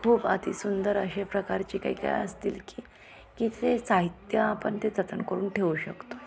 खूप अति सुंदर अशा प्रकारचे काही काही असतील की की ते साहित्य आपण ते जतन करून ठेवू शकतो